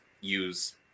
use